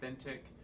authentic